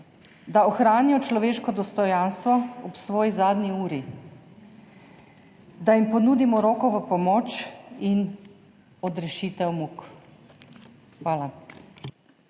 da ohranijo človeško dostojanstvo ob svoji zadnji uri, da jim ponudimo roko v pomoč in odrešitev muk. Hvala.